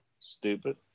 stupid